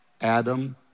Adam